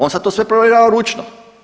On sad to sve provjerava ručno.